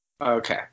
Okay